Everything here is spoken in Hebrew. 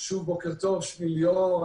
שוב בוקר טוב, שמי ליאור.